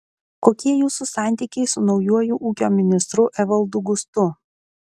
kokie jūsų santykiai su naujuoju ūkio ministru evaldu gustu